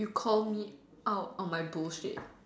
you call me out on my bull shit